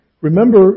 remember